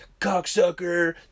cocksucker